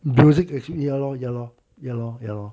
music actual~ ya lor ya lor ya lor ya lor